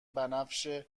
بنفش